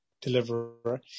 deliverer